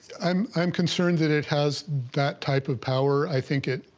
i'm, i'm concerned that it has that type of power. i think it,